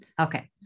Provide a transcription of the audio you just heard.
Okay